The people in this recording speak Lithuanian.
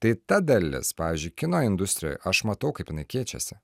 tai ta dalis pavyzdžiui kino industrijoj aš matau kaip jinai keičiasi